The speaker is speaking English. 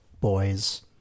boys